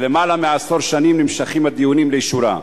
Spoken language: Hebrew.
שלמעלה מעשר שנים נמשכים הדיונים לאישורה.